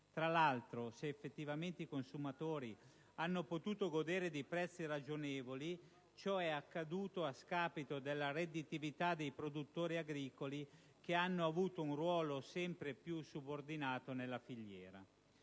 Tra l'altro, se effettivamente i consumatori hanno potuto godere di prezzi ragionevoli, ciò è accaduto a scapito della redditività dei produttori agricoli, che hanno avuto un ruolo sempre più subordinato nella filiera.